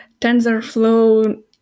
TensorFlow